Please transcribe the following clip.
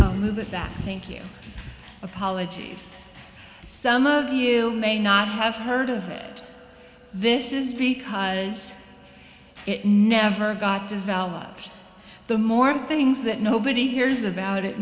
that thank you apologies some of you may not have heard of it this is because it never got developed the more things that nobody hears about it